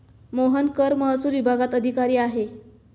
मोहन कर महसूल विभागात अधिकारी आहे